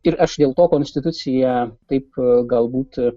ir aš dėl to konstituciją taip galbūt ir